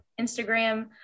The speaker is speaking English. Instagram